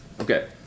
okay